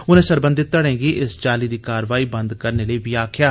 उनें सरबंधित धड़ें गी इस चाली दी कारवाई बंद करने लेई बी आक्खेया